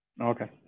Okay